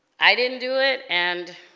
i didn't do it and